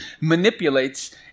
manipulates